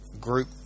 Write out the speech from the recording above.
group